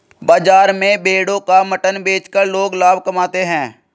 बाजार में भेड़ों का मटन बेचकर लोग लाभ कमाते है